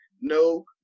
No